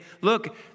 look